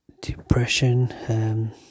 depression